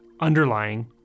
underlying